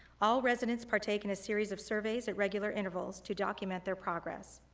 all residents partake in a series of surveys at regular intervals to document their progress.